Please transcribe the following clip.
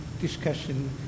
discussion